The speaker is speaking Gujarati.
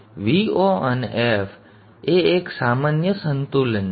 તેથી Vo અને f f એ એક સામાન્ય સંતુલન છે